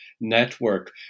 network